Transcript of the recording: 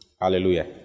Hallelujah